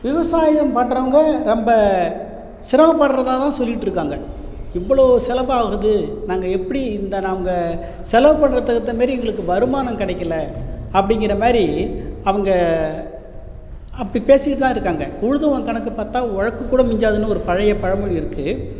விவசாயம் பண்ணுறவுங்க ரொம்ப சிரமப்படுறதாதான் சொல்லிட்டுருக்காங்கள் இவ்வளோ செலவாகுது நாங்கள் எப்படி இந்த நாங்கள் செலவு பண்ணுறதுக்கு தகுந்தமாதிரி எங்களுக்கு வருமானம் கிடைக்கல அப்படிங்கிறமாரி அவங்க அப்படி பேசிட்டுதான் இருக்காங்கள் உழுதவன் கணக்கு பார்த்தா ஒழக்கு கூட மிஞ்சாதுன்னு ஒரு பழைய பழமொழி இருக்குது